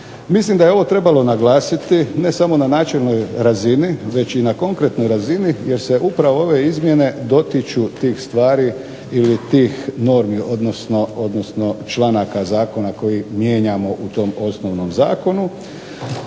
Mislim da je ovo trebalo naglasiti ne samo na načelnoj razini već i na konkretnoj razini jer se upravo ove izmjene dotiču tih stvari ili tih normi, odnosno članaka zakona koji mijenjamo u tom osnovnom zakonu